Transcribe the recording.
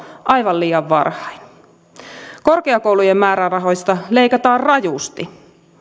aivan liian varhain korkeakoulujen määrärahoista leikataan rajusti